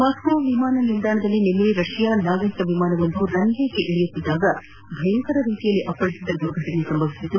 Moscow ವಿಮಾನ ನಿಲ್ದಾಣದಲ್ಲಿ ನಿನ್ನೆ ರಷ್ಯಾ ನಾಗರಿಕ ವಿಮಾನವೊಂದು ರನ್ವೇಗೆ ಇಳಿಯುವಾಗ ಭಯಂಕರ ರೀತಿಯಲ್ಲಿ ಅಪ್ಪಳಿಸಿದ ದುರ್ಘಟನೆ ಸಂಭವಿಸಿದೆ